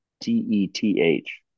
T-E-T-H